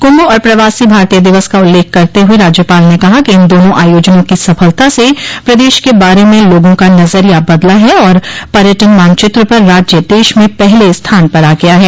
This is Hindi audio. कुंभ और प्रवासी भारतीय दिवस का उल्लेख करते हुए राज्यपाल ने कहा कि इन दोनों आयोजनों की सफलता से प्रदेश के बारे में लोगों का नजरिया बदला है और पर्यटन मानचित्र पर राज्य देश में पहले स्थान पर आ गया है